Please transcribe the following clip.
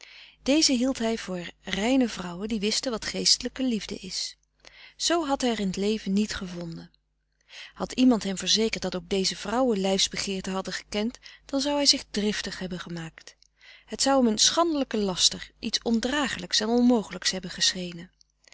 deze hield hij voor reine vrouwen die wisten wat geestelijke liefde is zoo had hij er in t leven niet gevonden had iemand hem verzekerd dat ook deze vrouwen lijfsbegeerte hadden gekend dan zou hij zich driftig hebben gemaakt het zou hem een schandelijke laster iets ondragelijks en onmogelijks hebben geschenen